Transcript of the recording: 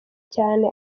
cyane